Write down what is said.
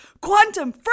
quantum